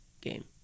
game